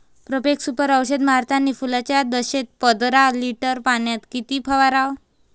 Profex Super औषध मारतानी फुलाच्या दशेत पंदरा लिटर पाण्यात किती फवाराव?